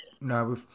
No